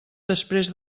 després